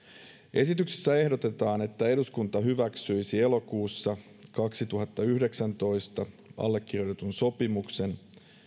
esityksessä ehdotetaan että eduskunta hyväksyisi elokuussa kaksituhattayhdeksäntoista allekirjoitetun sopimuksen